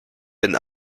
bin